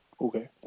okay